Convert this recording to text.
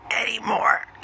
anymore